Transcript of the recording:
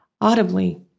audibly